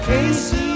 Casey